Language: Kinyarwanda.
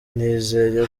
nizeye